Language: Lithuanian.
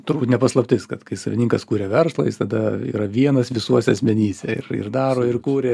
turbūt ne paslaptis kad kai savininkas kuria verslą jis tada yra vienas visuose asmenyse ir ir daro ir kuria